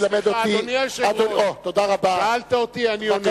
ראש ממשלה, חבר הכנסת חסון.